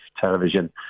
television